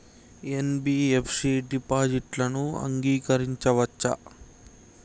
NBFC డిపాజిట్లను అంగీకరించవచ్చా?